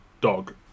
dog